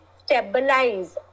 stabilize